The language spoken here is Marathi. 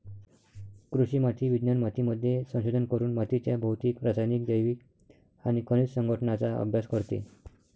कृषी माती विज्ञान मातीमध्ये संशोधन करून मातीच्या भौतिक, रासायनिक, जैविक आणि खनिज संघटनाचा अभ्यास करते